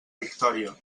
victòria